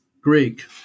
Greek